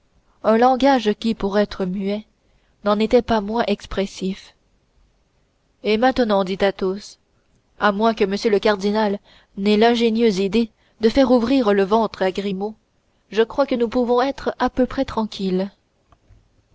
un langage qui pour être muet n'en était pas moins expressif et maintenant dit athos à moins que m le cardinal n'ait l'ingénieuse idée de faire ouvrir le ventre à grimaud je crois que nous pouvons être à peu près tranquilles